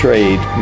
Trade